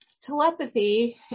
telepathy